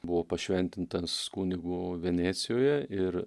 buvo pašventintas kunigu venecijoje ir